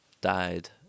died